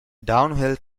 downhill